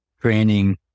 training